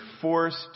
forced